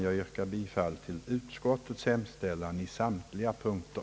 Jag yrkar bifall till utskottets hemställan i samtliga punkter.